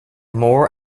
more